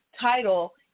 title